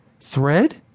Thread